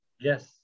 Yes